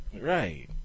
Right